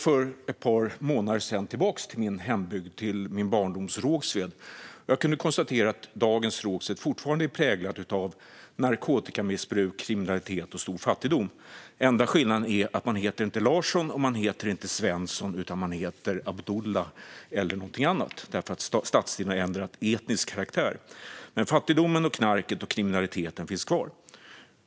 För ett par månader sedan åkte jag tillbaka till min hembygd och min barndoms Rågsved och kunde då konstatera att dagens Rågsved fortfarande är präglat av narkotikamissbruk, kriminalitet och stor fattigdom. Enda skillnaden är att man inte längre heter Larsson eller Svensson. Man heter Abdullah eller någonting annat, eftersom stadsdelen har ändrat etnisk karaktär. Men fattigdomen, knarket och kriminaliteten finns kvar.